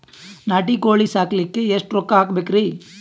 ನಾಟಿ ಕೋಳೀ ಸಾಕಲಿಕ್ಕಿ ಎಷ್ಟ ರೊಕ್ಕ ಹಾಕಬೇಕ್ರಿ?